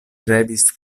revis